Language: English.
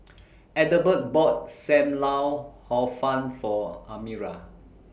Ethelbert bought SAM Lau Hor Fun For Amira